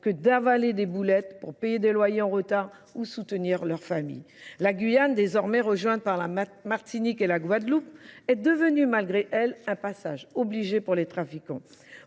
que d'avaler des boulettes pour payer des loyers en retard ou soutenir leur famille ? La Guyane, désormais rejointe par la Martinique et la Guadeloupe, est devenue, malgré elle, un passage obligé pour les trafiquants.